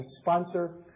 sponsor